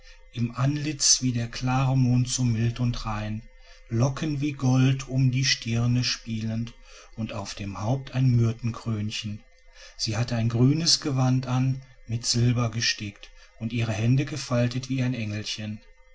im antlitz wie der klare mond so mild und rein locken wie gold um die stirne spielend und auf dem haupt ein myrtenkrönchen sie hatte ein grünes gewand an mit silber gestickt und ihre hände gefaltet wie ein engelchen